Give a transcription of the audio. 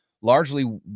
largely